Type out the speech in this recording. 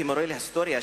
כמורה להיסטוריה,